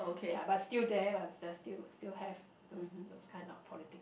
ya but still there lah there still still have those those kind of politic